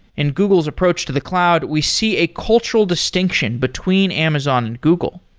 in google's approach to the cloud, we see a cultural distinction between amazon and google.